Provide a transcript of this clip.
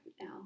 now